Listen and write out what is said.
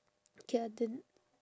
okay lah then